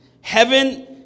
Heaven